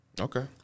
Okay